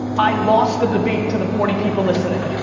i lost the debate to the forty people listening.